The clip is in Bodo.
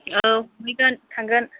औ हमहैगोन थांगोन